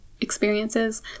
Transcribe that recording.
experiences